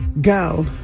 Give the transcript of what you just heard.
go